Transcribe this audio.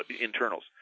internals